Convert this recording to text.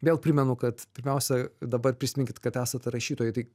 vėl primenu kad pirmiausia dabar prisiminkit kad esat rašytojai tai